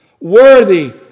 Worthy